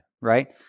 Right